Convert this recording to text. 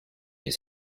his